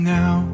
now